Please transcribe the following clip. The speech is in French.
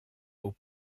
aux